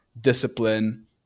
discipline